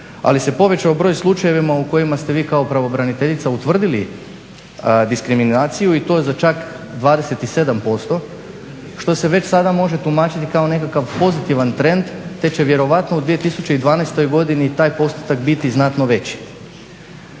ali se povećao broj u slučajevima u kojima ste vi kao braniteljica utvrdili diskriminaciju i to za čak 27% što se već sada može tumačiti kao nekakav pozitivan trend te će vjerojatno u 2012. godini taj postotak biti znatno veći.